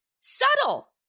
subtle